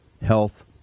health